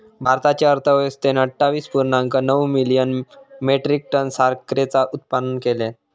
भारताच्या अर्थव्यवस्थेन अट्ठावीस पुर्णांक नऊ मिलियन मेट्रीक टन साखरेचा उत्पादन केला